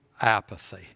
apathy